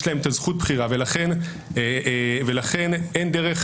יש להם זכות הבחירה, ולכן אין דרך